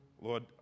Lord